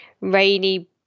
rainy